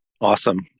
Awesome